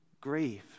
Grieve